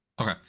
Okay